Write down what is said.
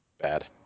bad